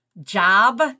job